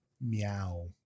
Meow